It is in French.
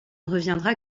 reviendra